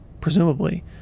presumably